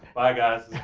bye guys.